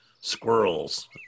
squirrels